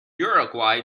uruguay